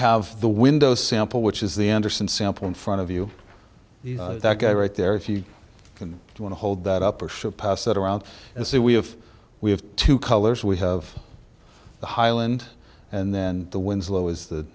have the window sample which is the anderson sample in front of you that guy right there if you want to hold that up or should pass it around and say we have we have two colors we have the highland and then the winslow is th